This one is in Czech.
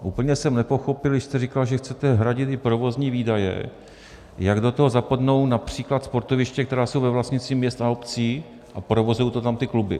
A úplně jsem nepochopil, když jste říkal, že chcete hradit i provozní výdaje, jak do toho zapadnou například sportoviště, která jsou ve vlastnictví měst a obcí, a provozují to tam ty kluby.